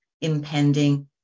impending